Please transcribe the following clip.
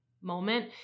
moment